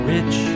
Rich